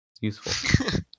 useful